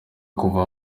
kuva